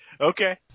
Okay